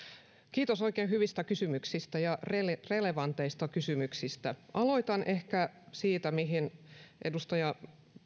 kiitos oikein hyvistä ja relevanteista kysymyksistä aloitan ehkä siitä mihin edustaja